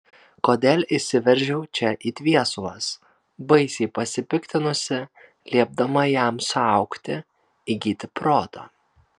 kodėl įsiveržiau čia it viesulas baisiai pasipiktinusi liepdama jam suaugti įgyti proto